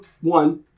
one